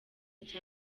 cya